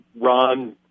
Ron